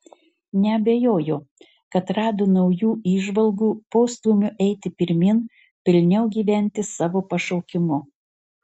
neabejoju kad rado naujų įžvalgų postūmio eiti pirmyn pilniau gyventi savo pašaukimu